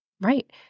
Right